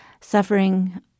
suffering